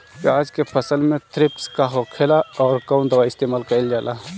प्याज के फसल में थ्रिप्स का होखेला और कउन दवाई इस्तेमाल कईल जाला?